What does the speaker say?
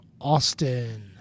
Austin